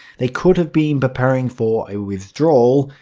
they could have been preparing for a withdraw,